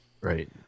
Right